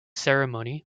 ceremony